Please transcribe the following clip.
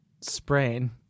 sprain